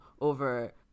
over